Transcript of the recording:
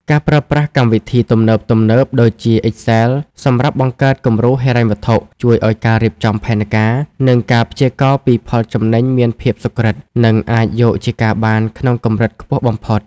ការប្រើប្រាស់កម្មវិធីទំនើបៗដូចជា Excel សម្រាប់បង្កើតគំរូហិរញ្ញវត្ថុ ជួយឱ្យការរៀបចំផែនការ និងការព្យាករណ៍ពីផលចំណេញមានភាពសុក្រឹត និងអាចយកជាការបានក្នុងកម្រិតខ្ពស់បំផុត។